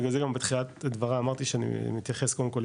בגלל זה גם בתחילת דבריי אמרתי שאני מתייחס קודם כל,